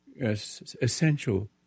essential